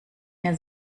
mehr